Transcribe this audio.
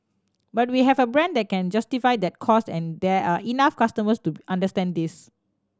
but we have a brand that can justify that cost and there are enough customers to understand this